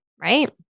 right